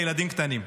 לילדים קטנים,